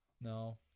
no